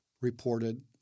reported